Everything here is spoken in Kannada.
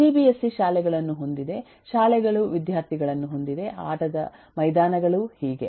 ಸಿಬಿಎಸ್ಇ ಶಾಲೆಗಳನ್ನು ಹೊಂದಿದೆ ಶಾಲೆಗಳು ವಿದ್ಯಾರ್ಥಿಗಳನ್ನು ಹೊಂದಿವೆ ಆಟದ ಮೈದಾನಗಳು ಹೀಗೆ